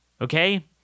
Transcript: Okay